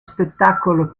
spettacolo